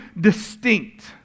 distinct